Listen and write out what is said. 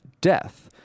death